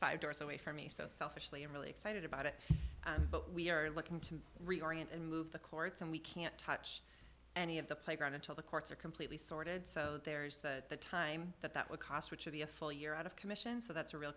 five doors away from me so selfishly i'm really excited about it but we are looking to reorient and move the courts and we can't touch any of the playground until the courts are completely sorted so there's the time that that will cost which of the a full year out of commission so that's a real